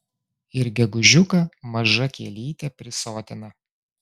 ir gegužiuką maža kielytė prisotina